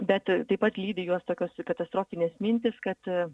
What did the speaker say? bet taip pat lydi juos tokios katastrofinės mintys kad